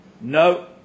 No